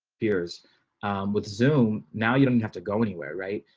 peers with zoom. now you don't have to go anywhere, right,